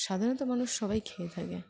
সাধারণত মানুষ সবাই খেয়ে থাকে